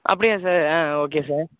அப்படியா சார் ஆ okay sir